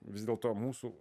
vis dėlto mūsų